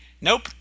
nope